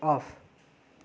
off